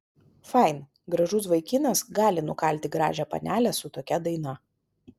fain gražus vaikinas gali nukalti gražią panelę su tokia daina